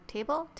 Table